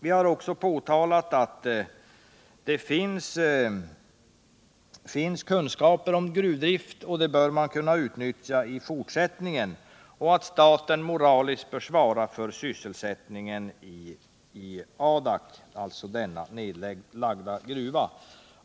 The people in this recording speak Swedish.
Vi har också påtalat att det finns kunskaper om gruvdrift och att dessa bör kunna utnyttjas i fortsättningen. Staten bör därvid moraliskt svara för sysselsättningen i Adak, där gruvan alltså lagts ned.